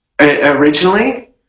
originally